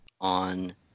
on